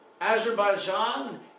Azerbaijan